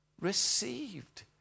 received